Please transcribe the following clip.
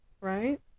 right